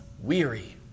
weary